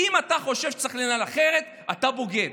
שאם אתה חושב שצריך לנהל אחרת אתה בוגד.